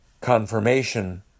confirmation